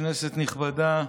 כנסת נכבדה,